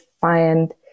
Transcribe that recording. find